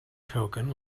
token